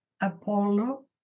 Apollo